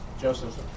Joseph